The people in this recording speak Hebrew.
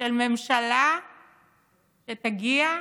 של ממשלה שתגיע,